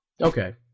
Okay